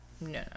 No